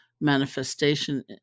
manifestation